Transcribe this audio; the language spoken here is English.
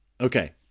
Okay